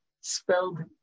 spelled